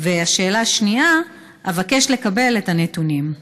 2. אבקש לקבל את הנתונים.